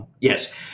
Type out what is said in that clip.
Yes